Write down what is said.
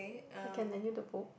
I can lend you the book